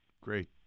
Great